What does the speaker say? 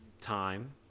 time